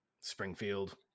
Springfield